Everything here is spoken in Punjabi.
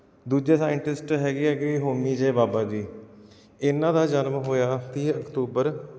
ਦੂਜੇ ਸਾਇੰਟਿਸਟ ਹੈਗੇ ਹੈਗੇ ਹੋਮੀ ਜੇ ਬਾਬਾ ਜੀ ਇਹਨਾਂ ਦਾ ਜਨਮ ਹੋਇਆ ਤੀਹ ਅਕਤੂਬਰ